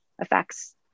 affects